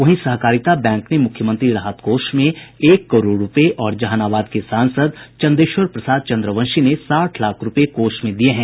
वहीं सहकारिता बैंक ने मूख्यमंत्री राहत कोष में एक करोड़ रूपये और जहानाबाद के सांसद चंदेश्वर प्रसाद चंद्रवंशी ने साठ लाख रूपये कोष में दिये हैं